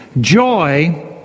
joy